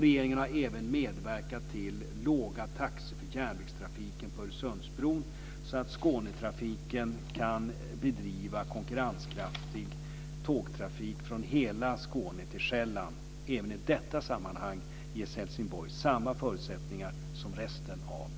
Regeringen har även medverkat till låga taxor för järnvägstrafiken på Öresundsbron så att Skånetrafik kan bedriva konkurrenskraftig tågtrafik från hela Skåne till Sjælland. Även i detta sammanhang ges Helsingborg samma förutsättningar som resten av